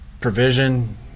provision